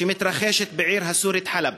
שמתרחש בעיר הסורית חאלב.